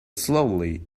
slowly